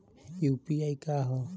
UPI का ह?